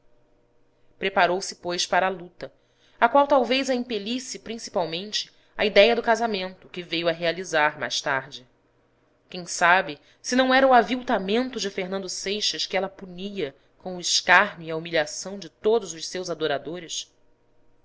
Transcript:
preparou-se pois para a luta à qual talvez a impelisse principalmente a idéia do casamento que veio a realizar mais tarde quem sabe se não era o aviltamento de fernando seixas que ela punia com o escárnio e a humilhação de todos os seus adoradores